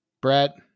Brett